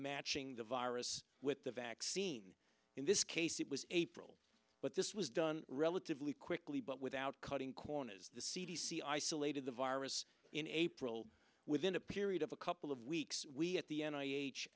matching the virus with the vaccine in this case it was april but this was done relatively quickly but without cutting corners the c d c isolated the virus in april within a period of a couple of weeks we at the end i